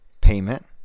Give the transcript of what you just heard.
payment